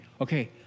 okay